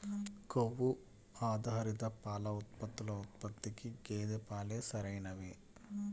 కొవ్వు ఆధారిత పాల ఉత్పత్తుల ఉత్పత్తికి గేదె పాలే సరైనవి